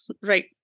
Right